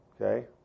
Okay